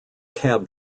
cab